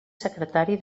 secretari